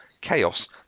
chaos